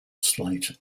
slight